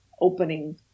opening